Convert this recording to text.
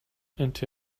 into